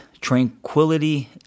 tranquility